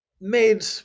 made